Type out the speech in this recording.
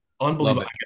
Unbelievable